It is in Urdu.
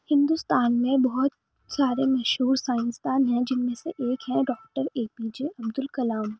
ہندوستان میں بہت سارے مشہور سائنس دان ہیں جن میں سے ایک ہیں doctor A P J Abdul Kalam